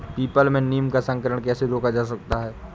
People में नीम का संकरण कैसे रोका जा सकता है?